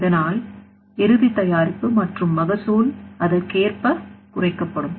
இதனால் இறுதிதயாரிப்பு மற்றும் மகசூல் அதற்கேற்ப குறைக்கப்படும்